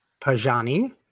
pajani